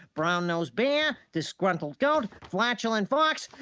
brown-nose bear, disgruntled goat, flatulent fox,